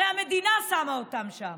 והרי המדינה שמה אותם שם.